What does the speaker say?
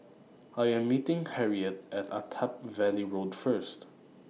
I Am meeting Harriette At Attap Valley Road First